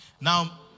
Now